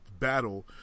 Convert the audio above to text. Battle